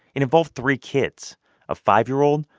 it involved three kids a five year old,